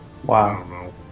Wow